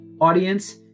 audience